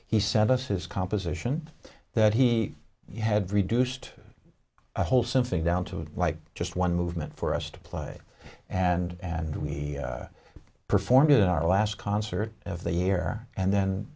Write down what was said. he set us his composition that he had reduced the whole something down to like just one movement for us to play and we performed at our last concert of the year and then